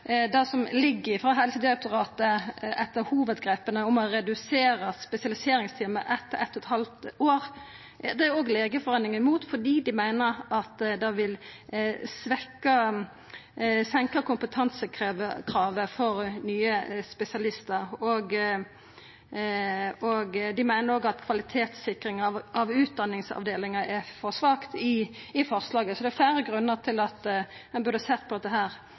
eit halvt år, er òg Legeforeningen imot, fordi dei meiner at det vil senka kompetansekravet for nye spesialistar. Dei meiner òg at kvalitetssikringa av utdanningsavdelinga er for svak i forslaget. Så det er fleire grunnar til at ein burde sett meir nøye på dette